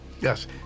Yes